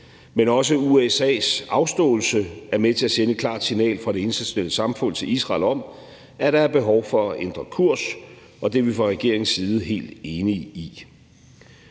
men også USA's afståelse er med til at sende et klart signal fra det internationale samfund til Israel om, at der er behov for at ændre kurs, og det er vi fra regeringens side helt enige i.